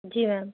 جی میم